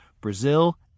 Brazil